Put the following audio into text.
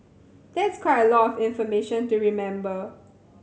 that's quite a lot information to remember